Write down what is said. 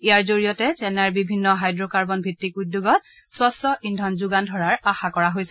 ইয়াৰ জৰিয়তে চেন্নাইৰ বিভিন্ন হাইড্ৰকাৰ্বন ভিত্তিক উদ্যোগত স্বছ্ ইন্ধন যোগান ধৰাৰ আশা কৰা হৈছে